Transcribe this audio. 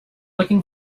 looking